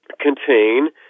contain